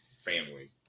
family